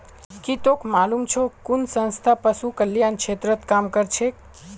की तोक मालूम छोक कुन संस्था पशु कल्याण क्षेत्रत काम करछेक